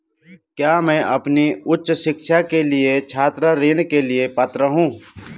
क्या मैं अपनी उच्च शिक्षा के लिए छात्र ऋण के लिए पात्र हूँ?